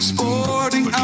Sporting